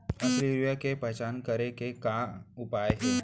असली यूरिया के पहचान करे के का उपाय हे?